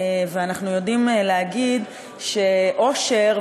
ואנחנו יודעים להגיד שעושר,